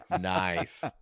nice